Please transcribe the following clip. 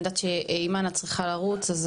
אימאן, אני יודעת שאת צריכה לרוץ, אז